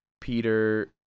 Peter